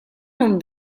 non